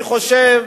אני חושב